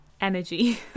energy